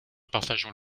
partageons